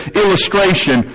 illustration